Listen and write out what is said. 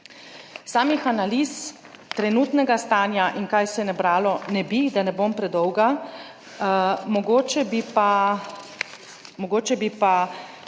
Samih analiz trenutnega stanja in kaj se je nabralo, ne bi, da ne bom predolga. Mogoče bi pa